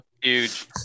Huge